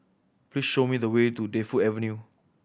please show me the way to Defu Avenue